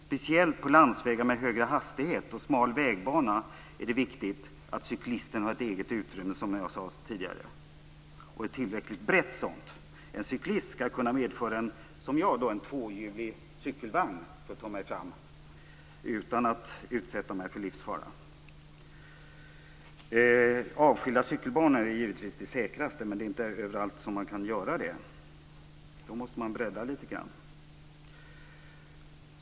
Speciellt på landsvägar med smal vägbana och där högre hastighet är tillåten är det viktigt att cyklisten har ett eget utrymme, som jag tidigare sagt. Dessutom skall utrymmet vara tillräckligt brett. En cyklist skall, som jag, kunna framföra en tvåhjulig cykelvagn för att ta sig fram utan att utsätta sig för livsfara. Avskilda cykelbanor är givetvis säkrast, men det är inte möjligt att åstadkomma sådana överallt. Då måste vägen breddas litet grand.